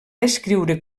escriure